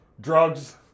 drugs